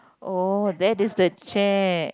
oh that is the chair